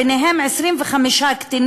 ביניהם 25 קטינים,